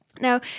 Now